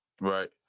Right